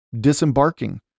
Disembarking